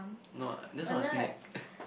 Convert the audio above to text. no that's not a snack